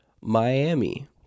Miami